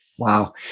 Wow